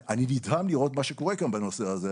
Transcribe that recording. אני נדהם לראות מה שקורה כאן בנושא הזה.